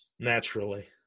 Naturally